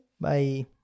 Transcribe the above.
bye